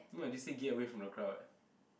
no eh they say get away from the crowd